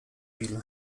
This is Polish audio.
bill